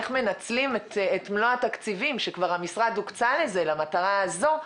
איך מנצלים את מלוא התקציבים שכבר הוקצו למשרד למטרה הזאת.